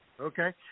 Okay